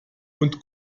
und